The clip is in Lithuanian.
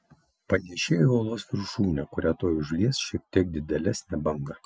panėšėjo į uolos viršūnę kurią tuoj užlies šiek tiek didėlesnė banga